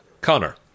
Connor